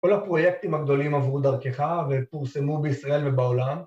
כל הפרויקטים הגדולים עברו דרכך ופורסמו בישראל ובעולם...